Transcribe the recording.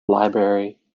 library